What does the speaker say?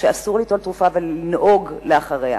שאסור ליטול תרופה ולנהוג לאחר מכן.